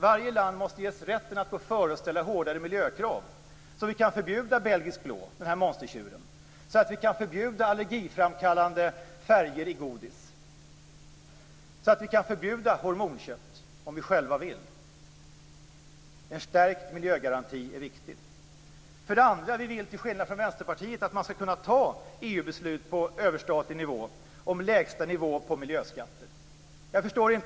Varje land måste ges rätten att gå före och ställa hårdare miljökrav så att vi kan förbjuda monstertjuren belgisk blå, så att vi kan förbjuda allergiframkallande färger i godis, så att vi kan förbjuda hormonkött om vi själva vill det. En förstärkt miljögaranti är viktig. För det andra: Vi vill, till skillnad från Vänsterpartiet, att man skall kunna fatta EU-beslut på överstatlig nivå om lägsta nivå på miljöskatter.